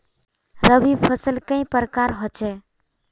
रवि फसल कई प्रकार होचे?